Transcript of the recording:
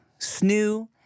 snoo